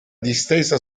distesa